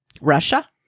Russia